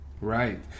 Right